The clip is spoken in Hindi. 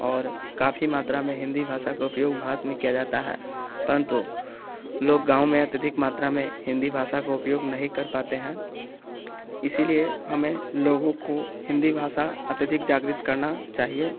और काफ़ी मात्रा में हिंदी भाषा का उपयोग भारत में किया जाता है परंतु लोग गाँव में अत्यधिक मात्रा में हिंदी भाषा का उपयोग नहीं कर पाते हैं इसीलिए हमें लोगों को हिंदी भाषा अत्यधिक जागृत करना चाहिए